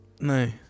No